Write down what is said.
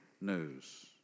News